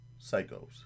psychos